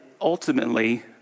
ultimately